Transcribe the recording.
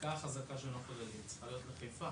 הזיקה החזקה שם היא צריכה להיות לחיפה.